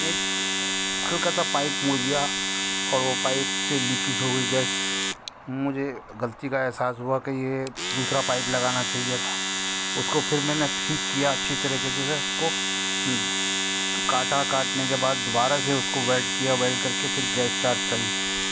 ایک ہلکا سا پائپ مڑ گیا اور وہ پائپ سے لیکیج ہو گئی گیس مجھے غلطی کا احساس ہوا کہ یہ دوسرا پائپ لگانا چاہیے تھا اس کو پھر میں نے ٹھیک کیا اچھی طریقے سے سے اس کو کاٹا کاٹنے کے بعد دوبارہ سے اس کو ویلڈ کیا ویلڈ کر کے پھر گیس چارج کری